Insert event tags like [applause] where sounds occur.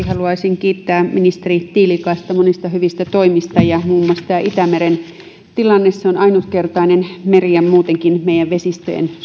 [unintelligible] haluaisin kiittää ministeri tiilikaista monista hyvistä toimista muun muassa itämeren tilanteesta se on ainutkertainen meri ja muutenkin meidän vesistöjen